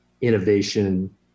innovation